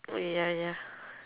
ya ya